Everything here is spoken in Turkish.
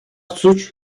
suç